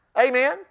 Amen